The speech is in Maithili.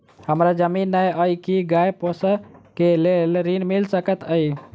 हमरा जमीन नै अई की गाय पोसअ केँ लेल ऋण मिल सकैत अई?